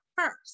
first